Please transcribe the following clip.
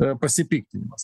yra pasipiktinimas